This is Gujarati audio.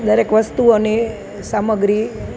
દરેક વસ્તુઓની સામગ્રી